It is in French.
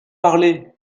parler